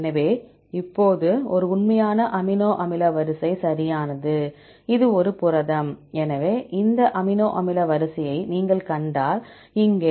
எனவே இப்போது இது ஒரு உண்மையான அமினோ அமில வரிசை சரியானது இது ஒரு புரதம் எனவே இந்த அமினோ அமில வரிசையை நீங்கள் கண்டால் இங்கே